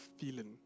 feeling